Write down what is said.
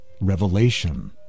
revelation